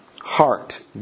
heart